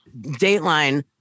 Dateline